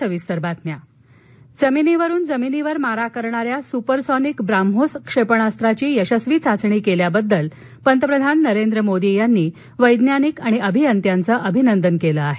मोदी जमिनीवरून जमिनीवर मारा करणाऱ्या सुपरसॉनिक ब्राह्मोस क्षेपणास्त्राची यशस्वी चाचणी केल्याबद्दल पंतप्रधान नरेंद्र मोदी यांनी वैज्ञानिक आणि अभियंत्यांचं अभिनंदन केलं आहे